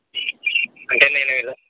అంటే నేను ఇలా